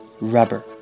Rubber